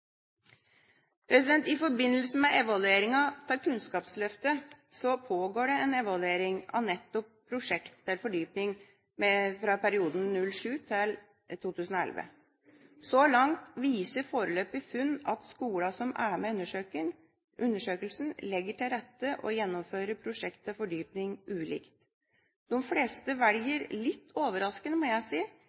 I forbindelse med evalueringa av Kunnskapsløftet pågår det en evaluering av nettopp prosjekt til fordypning i perioden fra 2007 til 2011. Så langt viser foreløpige funn at skolene som er med i undersøkelsen, legger til rette for og gjennomfører prosjekt til fordypning ulikt. De fleste velger – litt overraskende, må jeg si